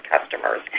customers